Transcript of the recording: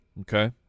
Okay